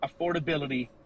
affordability